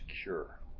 secure